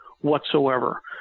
whatsoever